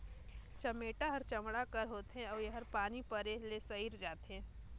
चमेटा हर चमड़ा कर होथे अउ एहर पानी परे ले सइर जाथे